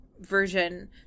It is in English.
version